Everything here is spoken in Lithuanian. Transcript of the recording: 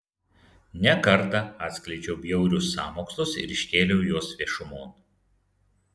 ne kartą atskleidžiau bjaurius sąmokslus ir iškėliau juos viešumon